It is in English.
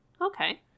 Okay